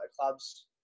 club's